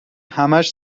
همهاش